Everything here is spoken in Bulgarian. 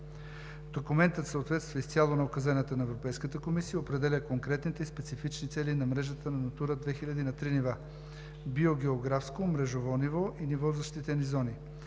Документът съответства изцяло на указанията на Европейската комисия, определя конкретните и специфичните цели на мрежата на „Натура 2000“ на три нива – биогеографско, мрежово ниво и ниво „защитени зони“.